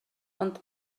ond